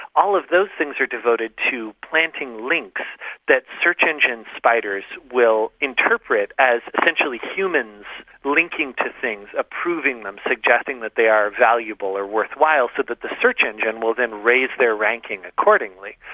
all of those things are devoted to planting links that search engine spiders will interpret as potentially humans linking to things, approving them, suggesting that they are valuable or worthwhile so that the search engine will then raise their ranking accordingly,